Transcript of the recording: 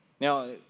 Now